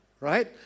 right